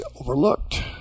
overlooked